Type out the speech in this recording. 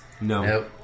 No